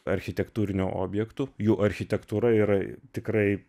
architektūriniu objektu jų architektūra yra tikrai